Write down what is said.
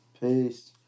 Peace